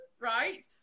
right